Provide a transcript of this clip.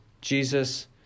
Jesus